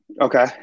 Okay